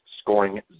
scoring